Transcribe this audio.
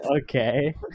okay